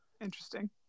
Interesting